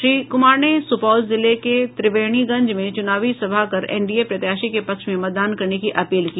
श्री कुमार ने सुपौल जिले के त्रिवेणीगंज में चुनावी सभा कर एनडीए प्रत्याशी के पक्ष में मतदान करने की अपील की